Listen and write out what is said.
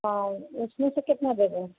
और उसमें से कितना देदें